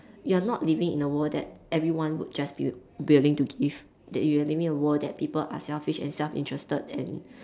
you're not living in a world that everyone would just be wi~ willing to give that you are living in a world that people are selfish and self interested and